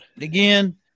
Again